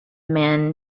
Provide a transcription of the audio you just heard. men